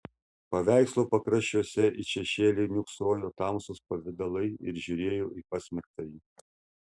paveikslo pakraščiuose it šešėliai niūksojo tamsūs pavidalai ir žiūrėjo į pasmerktąjį